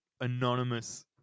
anonymous